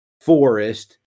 Forest